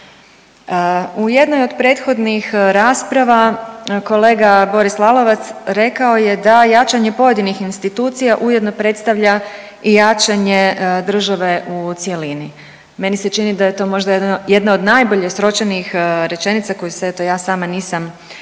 U jednoj od prethodnih rasprava kolega Boris Lalovac rekao je da jačanje pojedinih institucija ujedno predstavlja i jačanje države u cjelini. Meni se čini da je to možda jedna od najbolje sročenih rečenica koje se eto ja sama nisam dosjetila